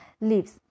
leaves